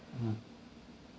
hmm